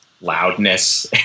loudness